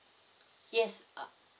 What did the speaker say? yes uh